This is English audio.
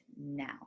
now